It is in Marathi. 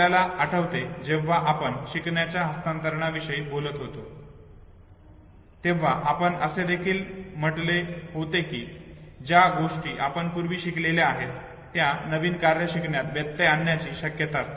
आपल्याला आठवते जेव्हा आपण शिकण्याच्या हस्तांतरणाविषयी बोलत होतो तेव्हा आपण असे देखील म्हटले होते की ज्या गोष्टी आपण पूर्वी शिकलेल्या आहेत त्या नवीन कार्य शिकण्यात व्यत्यय आणण्याची शक्यता असते